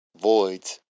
voids